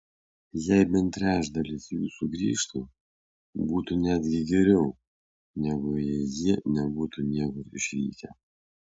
jei bent trečdalis jų sugrįžtų būtų netgi geriau negu jei jie nebūtų niekur išvykę